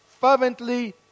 fervently